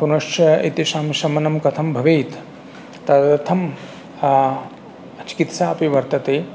पुनश्च एतेषां शमनं कथं भवेत् तदर्थं चिकित्सा अपि वर्तते